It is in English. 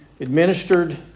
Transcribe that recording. administered